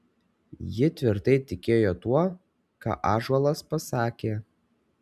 ji tvirtai tikėjo tuo ką ąžuolas pasakė